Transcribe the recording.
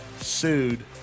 sued